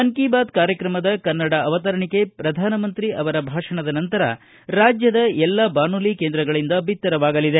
ಮನ್ ಕೆ ಬಾತ್ ಕಾರ್ಯಕ್ರಮದ ಕನ್ನಡ ಅವತರಣಿಕೆ ಪ್ರಧಾನಮಂತ್ರಿ ಅವರ ಭಾಷಣದ ನಂತರ ರಾಜ್ಯದ ಎಲ್ಲಾ ಬಾನುಲಿ ಕೇಂದ್ರಗಳಿಂದ ಬಿತ್ತರವಾಗಲಿದೆ